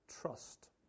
trust